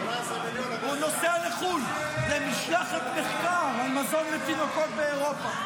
הוא נוסע לחו"ל למשלחת מחקר על מזון לתינוקות באירופה.